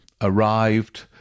arrived